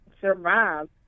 survive